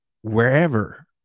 wherever